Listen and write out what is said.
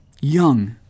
young